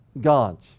gods